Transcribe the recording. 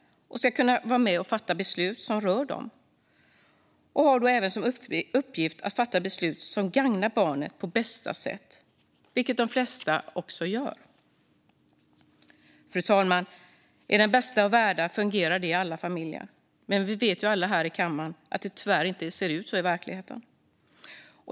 Föräldrarna ska kunna vara med och fatta beslut som rör barnen och har då även som uppgift att fatta beslut som gagnar dem på bästa sätt, vilket de flesta också gör. Fru talman! I den bästa av världar fungerar detta i alla familjer. Men vi vet ju alla här i kammaren att det tyvärr inte ser ut så i verkligheten.